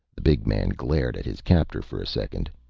big man glared at his captor for a second,